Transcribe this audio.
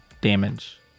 damage